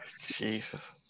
Jesus